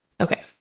Okay